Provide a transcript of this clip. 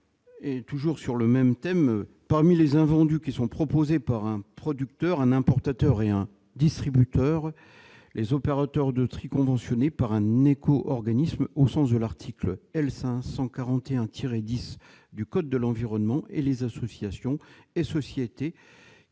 après l'alinéa 6 :« Parmi les invendus proposés par un producteur, un importateur ou un distributeur, les opérateurs de tri conventionnés par un éco-organisme au sens de l'article L. 541-10 du code de l'environnement et les associations et sociétés